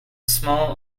small